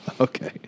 Okay